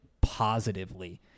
positively